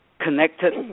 connected